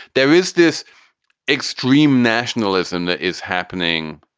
there is this extreme nationalism that is happening